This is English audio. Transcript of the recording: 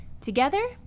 Together